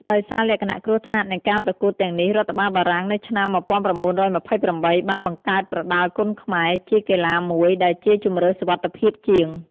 ដោយសារលក្ខណៈគ្រោះថ្នាក់នៃការប្រកួតទាំងនេះ រដ្ឋបាលបារាំងនៅឆ្នាំ១៩២៨ បានបង្កើត ប្រដាល់គុនខ្មែរ ជាកីឡាមួយ ដែលជាជម្រើសសុវត្ថិភាពជាង។